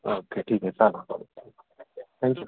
okay ठीक आहे चालेल थँक यू